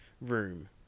room